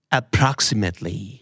approximately